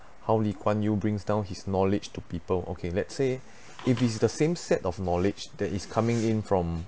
how lee kwan yew brings down his knowledge to people okay let's say if it's the same set of knowledge that is coming in from